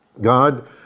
God